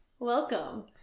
Welcome